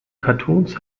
cartoons